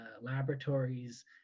laboratories